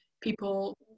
People